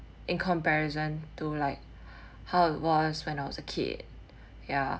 in comparison to like I was when I was a kid ya